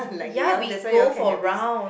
ya we go for round